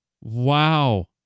Wow